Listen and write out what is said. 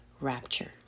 rapture